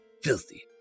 Filthy